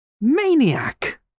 Maniac